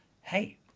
hey